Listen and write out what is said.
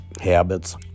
habits